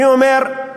אני אומר,